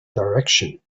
direction